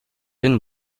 hin